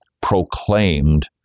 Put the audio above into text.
proclaimed